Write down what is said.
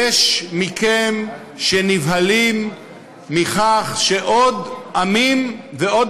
יש מכם שנבהלים מכך שעוד עמים ועוד